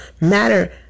matter